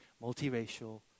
multi-racial